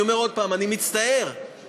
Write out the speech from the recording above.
אני אומר עוד פעם: אני מצטער שממשלות